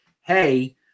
Hey